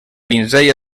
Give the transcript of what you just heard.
pinzell